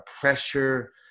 pressure